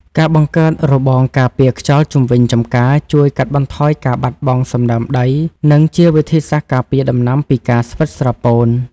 ការបង្កើតរបងការពារខ្យល់ជុំវិញចម្ការជួយកាត់បន្ថយការបាត់បង់សំណើមដី និងជាវិធីសាស្ត្រការពារដំណាំពីការស្វិតស្រពោន។